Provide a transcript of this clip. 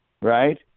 right